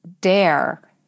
dare